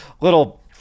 little